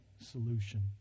solution